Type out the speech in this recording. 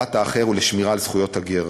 לקבלת האחר ולשמירה על זכויות הגר.